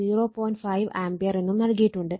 5 ampere എന്നും നൽകിയിട്ടുണ്ട്